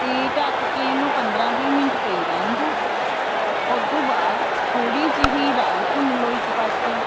ਅਤੇ ਢੱਕ ਕੇ ਇਹਨੂੰ ਪੰਦਰਾਂ ਵੀਹ ਮਿੰਟ ਪਈ ਰਹਿਣ ਦਿਉ ਉਦੋਂ ਬਾਅਦ ਥੋੜ੍ਹੀ ਜਿਹੀ ਰਾਈ ਭੁੰਨ ਲਓ ਇੱਕ ਪਾਸੇ